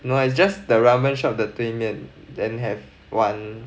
no it's just the ramen shop 的对面 then have one